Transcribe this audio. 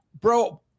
bro